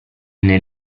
nel